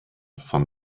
von